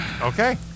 Okay